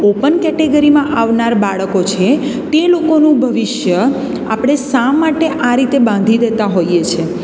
open કેટેગરીમાં આવનાર બાળકો છે તે લોકોનું ભવિષ્ય આપણે શા માટે આ રીતે બાંધી દેતા હોઈએ છીએ